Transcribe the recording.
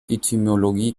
etymologie